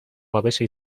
babesa